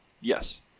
Yes